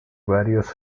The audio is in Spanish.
varios